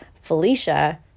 Felicia